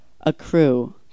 Accrue